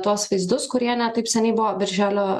tuos vaizdus kurie ne taip seniai buvo birželio